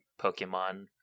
pokemon